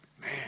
Man